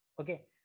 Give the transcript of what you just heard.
okay